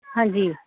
ਹਾਂਜੀ